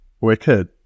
Wicked